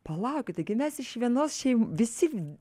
palaukit taigi mes iš vienos šeim visi